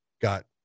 got